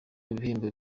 ibihembo